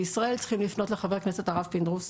בישראל צריכים לפנות לחבר הכנסת הרב פינדרוס,